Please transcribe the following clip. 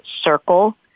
circle